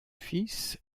fils